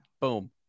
boom